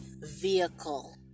vehicle